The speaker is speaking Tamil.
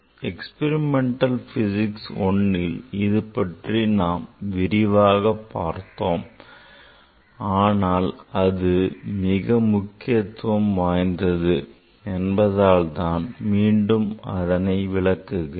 experimental physics I ல் இது பற்றி நாம் விரிவாக பார்த்தோம் ஆனால் அது மிக முக்கியத்துவம் வாய்ந்தது என்பதால் தான் மீண்டும் அதனை விளக்குகிறேன்